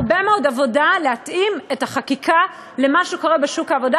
הרבה מאוד עבודה להתאים את החקיקה למה שקורה בשוק העבודה,